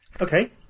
okay